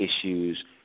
issues